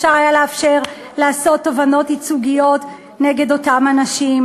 אפשר היה לעשות תובענות ייצוגיות נגד אותם אנשים,